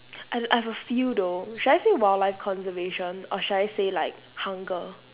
I've I have a few though should I say wildlife conservation or should I say like hunger